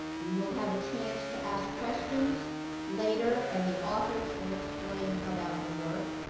you will have a chance to ask questions later and the authors will explain how that will work.